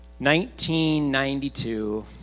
1992